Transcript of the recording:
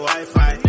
Wi-Fi